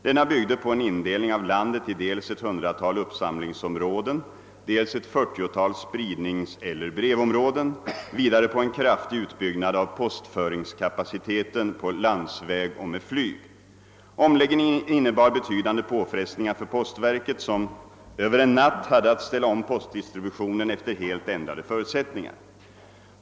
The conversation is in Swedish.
Denna byggde på en indelning av landet i dels ett hundratal uppsamlingsområden, dels ett fyrtiotal spridningseller brevområden och vidare på en kraftig utbyggnad av postföringskapaciteten på landsväg och med flyg. Omläggningen innebar betydande påfrestningar för postverket, som över en natt hade att ställa om postdistributionen efter helt ändrade förutsättningar.